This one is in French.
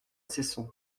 cesson